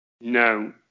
No